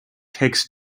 takes